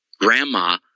grandma